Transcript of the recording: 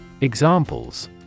Examples